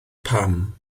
pam